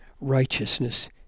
righteousness